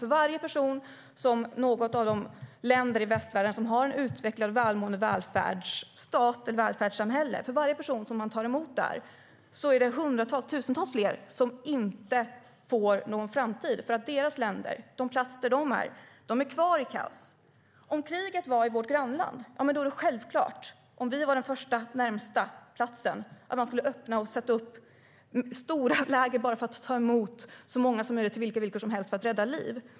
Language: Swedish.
För varje person som något av de länder i västvärlden som har ett utvecklat och välmående välfärdssamhälle tar emot finns det hundratusentals som inte får någon framtid för att deras länder, de platser där de befinner sig, är kvar i ett kaos. Om kriget pågick i vårt grannland vore det självklart att vi, om vi var den närmaste platsen, öppnade och satte upp stora läger för att kunna ta emot så många som möjligt och till vilka villkor som helst för att rädda liv.